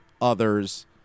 others